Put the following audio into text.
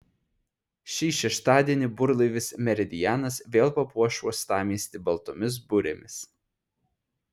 šį šeštadienį burlaivis meridianas vėl papuoš uostamiestį baltomis burėmis